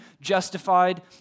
justified